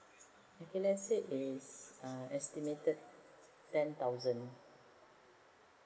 okay let's say is estimated ten thousand